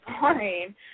boring